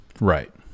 Right